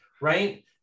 Right